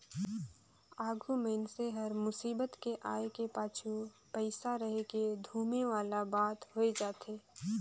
आघु मइनसे हर मुसीबत के आय के पाछू पइसा रहिके धुमे वाला बात होए जाथे